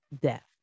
death